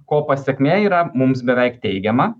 ko pasekmė yra mums beveik teigiama